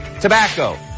Tobacco